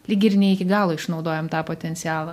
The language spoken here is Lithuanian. lyg ir ne iki galo išnaudojom tą potencialą